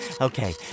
Okay